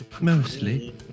Mostly